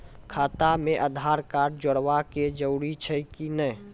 खाता म आधार कार्ड जोड़वा के जरूरी छै कि नैय?